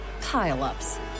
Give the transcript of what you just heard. pile-ups